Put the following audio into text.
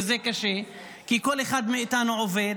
וזה קשה כי כל אחד מאיתנו עובד.